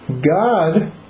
God